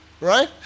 right